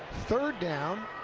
third down